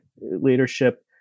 leadership